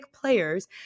players